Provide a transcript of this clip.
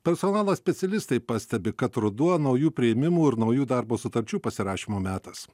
personalo specialistai pastebi kad ruduo naujų priėmimų ir naujų darbo sutarčių pasirašymo metas